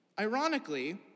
Ironically